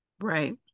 right